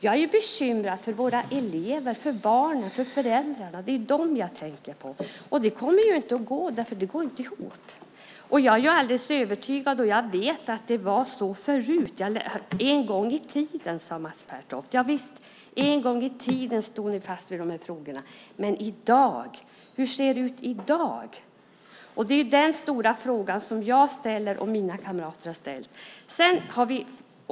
Jag är bekymrad för våra elever, för barnen, för föräldrarna. Det är dem jag tänker på. Det kommer inte att gå eftersom det inte går ihop. Jag vet att det var så förut. En gång i tiden, sade Mats Pertoft. Javisst, en gång i tiden stod ni fast vid frågorna. Men hur ser det ut i dag? Det är den stora fråga jag och mina kamrater har ställt.